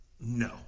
No